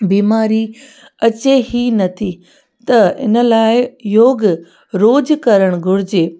बीमारी अचे ई नथी त इन लाइ योग रोज़ु करणु घुरिजे